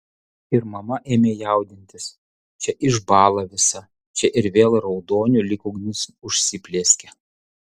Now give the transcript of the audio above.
ir mama ėmė jaudintis čia išbąla visa čia ir vėl raudoniu lyg ugnis užsiplieskia